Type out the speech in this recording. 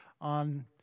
on